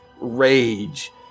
rage